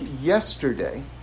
yesterday